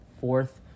fourth